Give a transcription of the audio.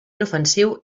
inofensiu